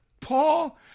Paul